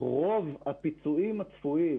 רוב הפיצויים הצפויים